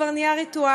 כבר נהיה ריטואל,